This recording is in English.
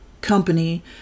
company